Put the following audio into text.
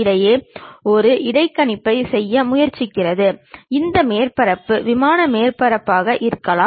இங்கே ஒரு செங்குத்து தளத்தில் படத்தில் காட்டியுள்ளவாறு இது எறியப்படுகிறது